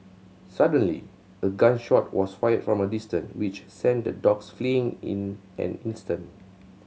suddenly a gun shot was fired from a distance which sent the dogs fleeing in an instant